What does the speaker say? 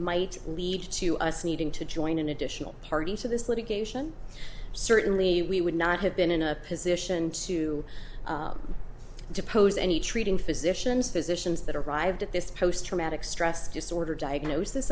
might lead to us needing to join an additional party to this litigation certainly we would not have been in a position to depose any treating physicians physicians that arrived at this post traumatic stress disorder diagnosis